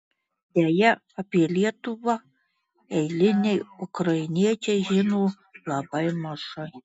deja apie lietuvą eiliniai ukrainiečiai žino labai mažai